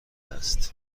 است